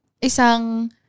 isang